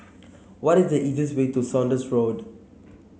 what is the easiest way to Saunders Road